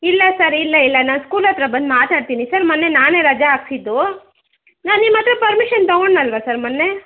ಇಲ್ಲ ಸರ್ ಇಲ್ಲ ಇಲ್ಲ ನಾನು ಸ್ಕೂಲ್ ಹತ್ರ ಬಂದು ಮಾತಾಡ್ತೀನಿ ಸರ್ ಮೊನ್ನೆ ನಾನೇ ರಜೆ ಹಾಕ್ಸಿದ್ದು ನಾನು ನಿಮ್ಮ ಹತ್ರ ಪರ್ಮಿಷನ್ ತಗೊಂಡೆನಲ್ವ ಸರ್ ಮೊನ್ನೆ